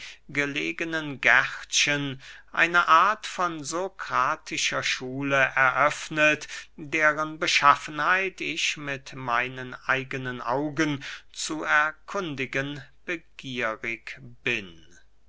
gelegenen gärtchen eine art von sokratischer schule eröffnet deren beschaffenheit ich mit meinen eigenen augen zu erkundigen begierig bin